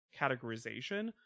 categorization